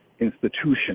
institution